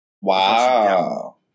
Wow